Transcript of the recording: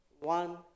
one